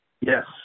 Yes